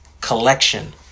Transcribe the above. Collection